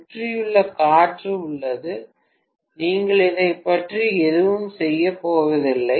சுற்றியுள்ள காற்று உள்ளது நீங்கள் இதைப் பற்றி எதுவும் செய்யப் போவதில்லை